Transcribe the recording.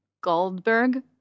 Goldberg